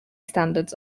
standards